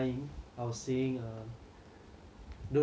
don't worry your friends got give you money right we just use that